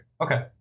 Okay